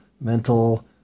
mental